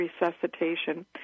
resuscitation